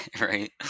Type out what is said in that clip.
Right